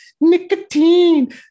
nicotine